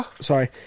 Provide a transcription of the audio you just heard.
sorry